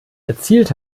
erzielt